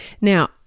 Now